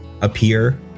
appear